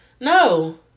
No